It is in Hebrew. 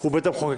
הוא בית המחוקקים,